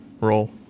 roll